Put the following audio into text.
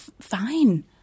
fine